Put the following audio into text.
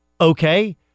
Okay